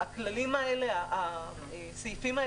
(1)לשמור את כלבו